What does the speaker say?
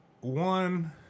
One